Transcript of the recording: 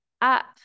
up